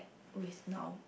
with now